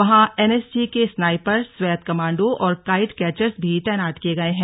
वहां N S G के sniper स्वैत कमांडो और काईट कैचर्स भी तैनात किये गये हैं